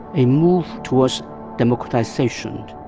a move towards democratization,